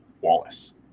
Wallace